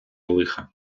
лиха